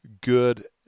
good